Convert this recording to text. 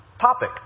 topic